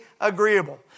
agreeable